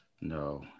No